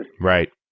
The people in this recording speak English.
Right